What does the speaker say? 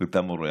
את המורה.